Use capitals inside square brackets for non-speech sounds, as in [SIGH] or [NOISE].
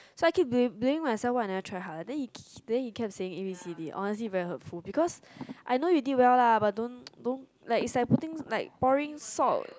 so I keep blame blaming myself why I never tried harder then he then he kept saying honestly very hurtful because I know you did well lah but don't [NOISE] don't like it's putting like pouring salt